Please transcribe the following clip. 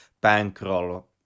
bankroll